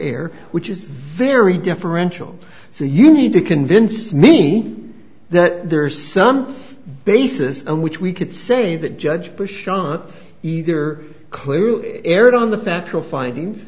air which is very differential so you need to convince me that there is some basis on which we could say that judge bush on either clearly erred on the factual findings